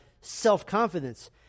self-confidence